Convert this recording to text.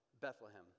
Bethlehem